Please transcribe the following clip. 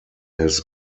his